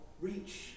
reach